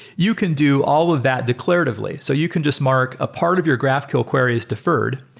you can do all of that declaratively. so you can just mark a part of your graphql queries deferred.